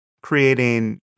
creating